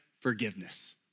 forgiveness